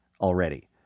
already